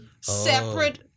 separate